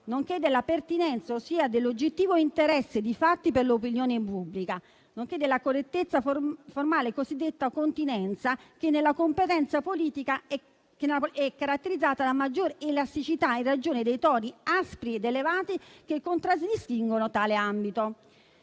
nonché della pertinenza, ossia dell'oggettivo interesse dei fatti per l'opinione pubblica, nonché della correttezza formale - cosiddetta continenza - che nella competizione politica è caratterizzata da maggior elasticità in ragione dei toni aspri ed elevati che contraddistinguono tale ambito.